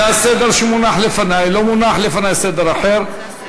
זה הסדר שמונח לפני, לא מונח לפני סדר אחר.